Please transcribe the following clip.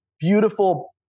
beautiful